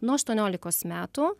nuo aštuoniolikos metų